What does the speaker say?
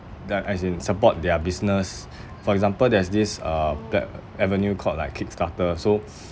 their as in support their business for example there's this uh plat~ avenue called like kickstarter so